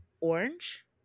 orange